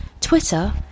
Twitter